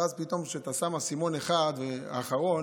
ואז, כשאתה שם אסימון אחד, האחרון,